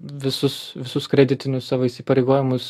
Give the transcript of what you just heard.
visus visus kreditinius savo įsipareigojimus